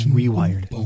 rewired